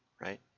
right